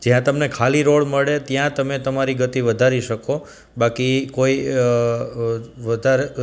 જ્યાં તમને ખાલી રોડ મળે ત્યાં તમે તમારી ગતિ વધારી શકો બાકી કોઈ વધારે